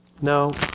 No